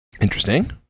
interesting